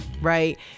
right